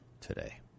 today